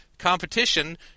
Competition